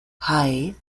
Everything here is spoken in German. hei